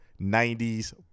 90s